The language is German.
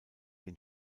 den